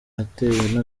ateye